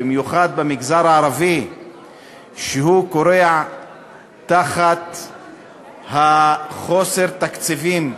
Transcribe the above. במיוחד במגזר הערבי שכורע בשל חוסר תקציבים,